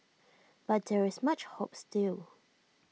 but there is much hope still